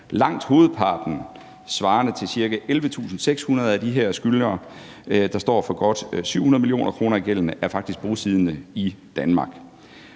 Langt hovedparten, svarende til ca. 11.600 af de her skyldnere, der står for godt 700 mio. kr. af gælden, er faktisk bosiddende i Danmark.